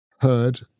heard